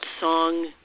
song